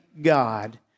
God